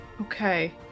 Okay